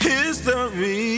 History